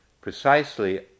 precisely